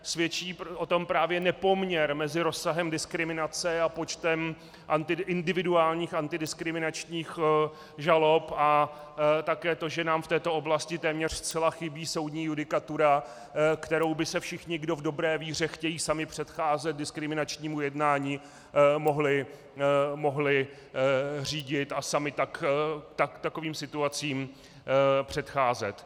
Svědčí o tom právě nepoměr mezi rozsahem diskriminace a počtem individuálních antidiskriminačních žalob a také to, že nám v této oblasti téměř zcela chybí soudní judikatura, kterou by se všichni, kdo v dobré víře chtějí sami předcházet diskriminačnímu jednání, mohli řídit a sami takovým situacím předcházet.